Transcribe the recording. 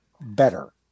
better